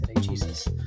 Jesus